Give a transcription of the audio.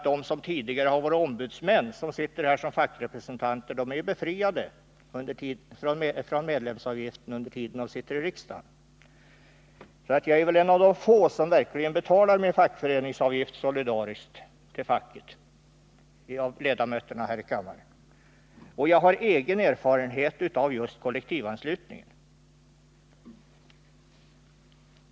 De som tidigare har varit ombudsmän och som nu sitter här som fackrepresentanter är ju befriade från medlemsavgift under den tid de är i riksdagen, så jag är väl en av de få ledamöter här som verkligen betalar fackföreningsavgiften solidariskt. Och jag har egen erfarenhet av just kollektivanslutning.